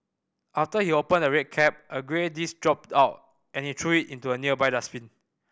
after he opened the red cap a grey disc dropped out and he threw it into a nearby dustbin